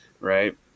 Right